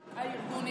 כל הארגונים,